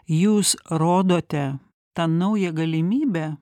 jūs rodote tą naują galimybę